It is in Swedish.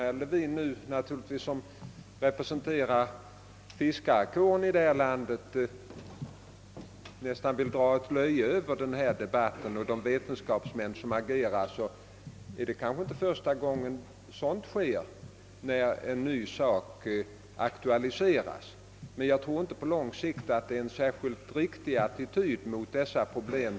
Herr Levin, som ju representerar fiskarkåren, vill nästan dra ett löje över denna debatt och de vetenskapsmän som agerar. Det är inte första gången sådant händer när en ny sak aktualiserats. Men jag tror inte att det på lång sikt är en särskilt bra attityd till dessa problem.